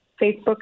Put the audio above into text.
Facebook